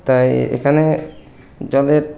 তাই এখানে জলের